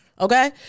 okay